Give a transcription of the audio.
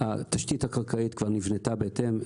התשתית הקרקעית כבר נבנתה בהתאם,